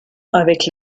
avec